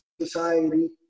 society